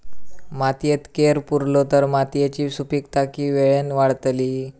मातयेत कैर पुरलो तर मातयेची सुपीकता की वेळेन वाडतली?